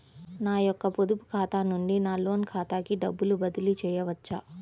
నా యొక్క పొదుపు ఖాతా నుండి నా లోన్ ఖాతాకి డబ్బులు బదిలీ చేయవచ్చా?